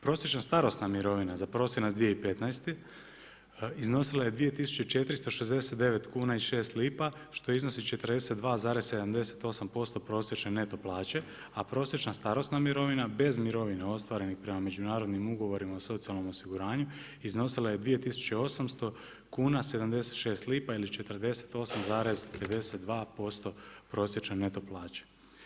Prosječna starosna mirovina za prosinac 2015. iznosila je 2469 kuna i 6 lipa što iznosi 42,78% prosječne neto plaće, a prosječna starosna mirovina bez mirovina ostvarenih prema međunarodnim ugovorima o socijalnom osiguranju iznosila je 2800 kuna 76 lipa ili 48,52% prosječne neto plaće.